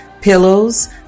pillows